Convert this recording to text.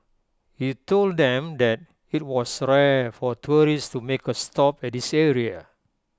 he told them that IT was rare for tourists to make A stop at this area